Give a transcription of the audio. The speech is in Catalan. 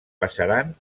passaran